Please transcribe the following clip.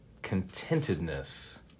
Contentedness